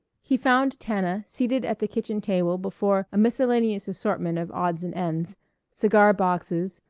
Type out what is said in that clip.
he found tana seated at the kitchen table before a miscellaneous assortment of odds and ends cigar-boxes,